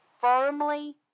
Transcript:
firmly